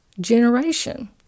generation